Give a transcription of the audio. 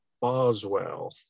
Boswell